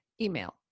email